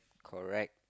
correct